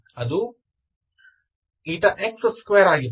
ಅದು x2 ಆಗಿದೆ